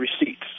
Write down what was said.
receipts